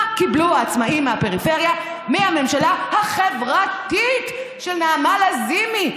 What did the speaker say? מה קיבלו העצמאים מהפריפריה מהממשלה החברתית של נעמה לזימי,